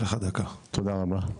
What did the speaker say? תודה רבה.